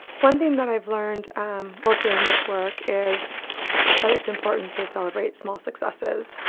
one thing that i've learned while doing this work is that it's important to celebrate small successes.